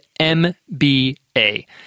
MBA